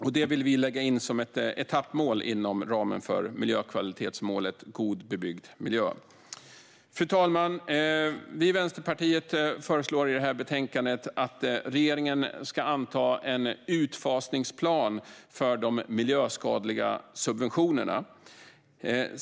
Vi vill lägga in detta som ett etappmål inom ramen för miljökvalitetsmålet God bebyggd miljö. Fru talman! Vi i Vänsterpartiet föreslår i detta betänkande att regeringen ska anta en utfasningsplan för de miljöskadliga subventionerna.